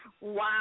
Wow